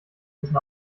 müssen